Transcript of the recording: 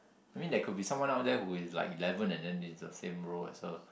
I mean there could be someone out there who is like eleven and then in the same row as her